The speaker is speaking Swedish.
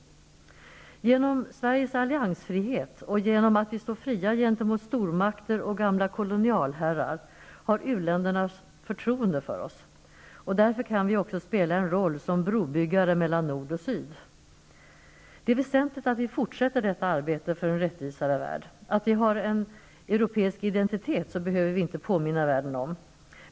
Genom Sveriges alliansfrihet, och genom att vi står fria gentemot stormakter och gamla kolonialherrar, har u-länderna förtroende för oss. Därför kan vi spela en roll som brobyggare mellan Nord och Syd. Det är väsentligt att vi fortsätter detta arbete för en rättvisare värld. Att vi har en europeisk identitet behöver vi inte påminna om.